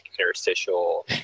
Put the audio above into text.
interstitial